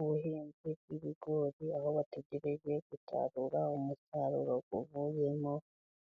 Ubuhinzi bw'ibigori aho bategereje gusarura umusaruro uvuyemo.